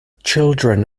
children